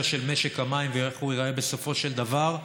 של משק המים ואיך הוא ייראה בסופו של דבר,